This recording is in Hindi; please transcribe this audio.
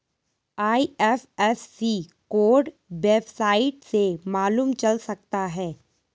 आई.एफ.एस.सी कोड वेबसाइट से मालूम चल सकता है